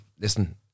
listen